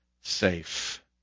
safe